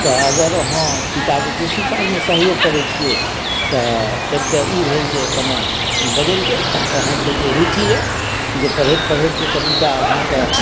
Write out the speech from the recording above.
तऽ अगर हँ पिताके कृषि काजमे सहयोग करैत छियै तऽ एक तऽ ई भेल जे कनि बदलि गेल अहाँकेँ जे रूचि अछि जे पढ़ैत पढ़ैत जे कनिटा अहाँकेँ जे